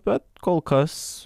bet kol kas